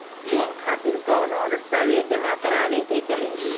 Loan खातिर कौनो दस्तावेज जमा करावे के पड़ी?